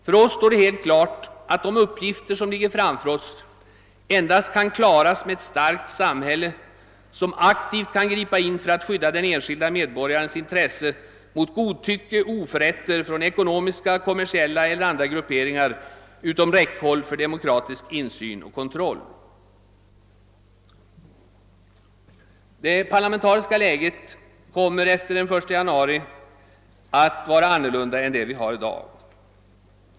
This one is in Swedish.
För oss står det helt klart att de uppgifter som ligger framför oss endast kan klaras med ett starkt samhälle som aktivt kan gripa in för att skydda den enskilde medborgarens intressen mot godtycke och oförrätter från ekonomiska, kommersiella eller andra grupperingar utom räckhåll för demokratisk insyn och kontroll. Det parlamentariska läget kommer efter den 1 januari att vara ett annat än det vi har i dag.